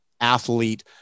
athlete